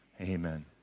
amen